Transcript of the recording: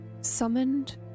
summoned